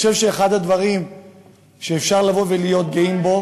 אני חושב שאחד הדברים שאפשר לבוא ולהיות גאים בו,